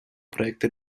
проекта